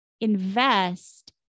invest